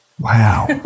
Wow